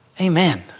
Amen